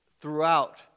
throughout